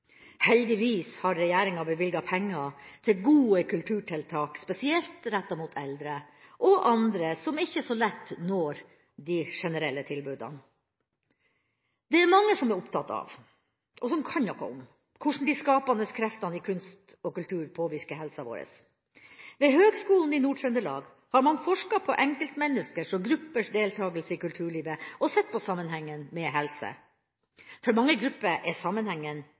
Heldigvis har regjeringa bevilget penger til gode kulturtiltak spesielt rettet mot eldre og andre som ikke så lett når de generelle tilbudene. Det er mange som er opptatt av – og som kan noe om – hvordan de skapende kreftene i kunst og kultur påvirker helsen vår. Ved Høgskolen i Nord-Trøndelag har man forsket på enkeltmenneskers og gruppers deltakelse i kulturlivet og sett på sammenhengen med helse. For mange grupper er